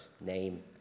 name